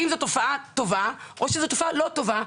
האם זאת תופעה טובה או שזאת תופעה לא טובה?